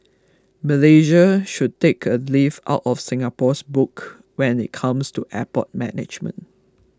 Malaysia should take a leaf out of Singapore's book when it comes to airport management